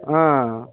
ఆ